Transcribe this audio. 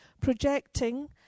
projecting